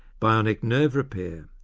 bionic nerve repair,